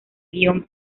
guión